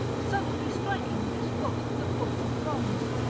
suddenly striking with his foot the foot of bronze.